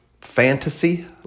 fantasy